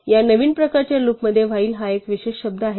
या नवीन प्रकारच्या लूपमध्ये व्हाईल एक विशेष शब्द आहे